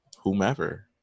whomever